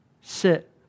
sit